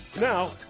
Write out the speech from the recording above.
Now